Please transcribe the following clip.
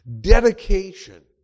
dedication